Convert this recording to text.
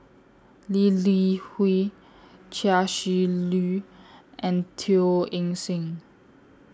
Lee Li Hui Chia Shi Lu and Teo Eng Seng